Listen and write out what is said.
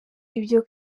ibyo